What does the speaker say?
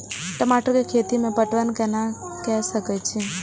टमाटर कै खैती में पटवन कैना क सके छी?